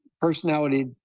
personality